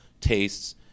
tastes